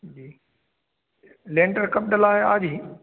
जी लेन्टर कब डलाया आज ही